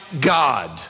God